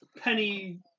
penny